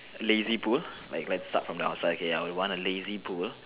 lazy pool like like start from the outside okay I would want a lazy pool